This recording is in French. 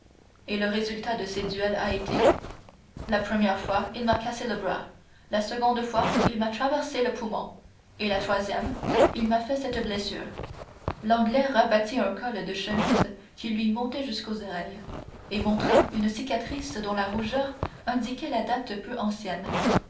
et le résultat de ces duels a été la première fois il m'a cassé le bras la seconde fois il m'a traversé le poumon et la troisième il m'a fait cette blessure l'anglais rabattit un col de chemise qui lui montait jusqu'aux oreilles et montra une cicatrice dont la rougeur indiquait la date peu ancienne